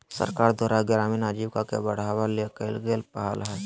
सरकार द्वारा ग्रामीण आजीविका के बढ़ावा ले कइल गेल पहल हइ